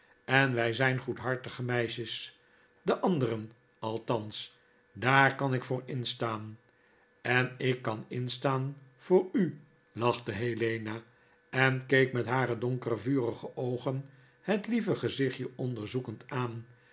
en wy zijn goedhartige meisjes de anderen althans daar kan ik voor instaan en ik kan instaan voor u lachte helena en keek met hare donkere vurige oogen het lieve gezichtje onderzoekend aan